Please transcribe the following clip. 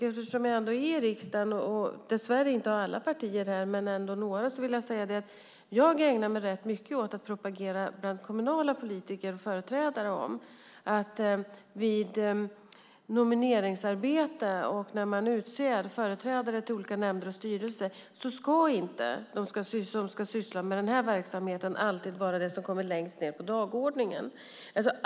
Eftersom jag ändå är i riksdagen - dess värre har vi inte alla partier här men ändå några - vill jag säga att jag ägnar mig rätt mycket åt att propagera för att kommunala politiker och företrädare, vid nomineringsarbete och när man utser företrädare till olika nämnder och styrelser som ska syssla med den här verksamheten, inte ska sätta den längst ned på dagordningen.